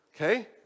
Okay